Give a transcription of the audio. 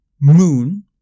moon